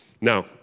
Now